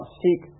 seek